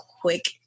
quick